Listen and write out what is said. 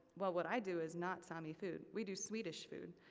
well what i do is not sami food, we do swedish food.